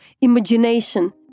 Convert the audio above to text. imagination